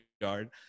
guard